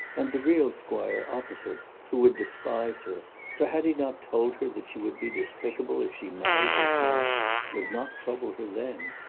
and the real squire opposite, who would despise her for had he not told her that she would be despicable if she married this man would not trouble her then.